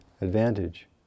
advantage